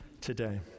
today